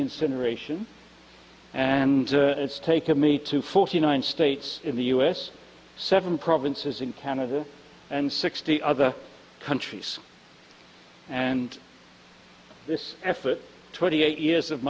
incineration and it's taken me to forty nine states in the u s seven provinces in canada and sixty other countries and this effort twenty eight years of